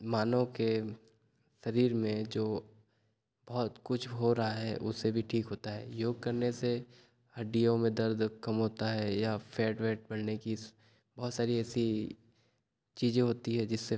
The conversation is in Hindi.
मानव के शरीर में जो बहुत कुछ हो रहा है उसे भी ठीक होता है योग करने से हड्डियों में दर्द कम होता है या फैट वैट बढ़ने की बहुत सारी ऐसी चीजें होती हैं जिससे